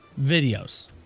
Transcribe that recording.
Videos